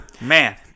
Man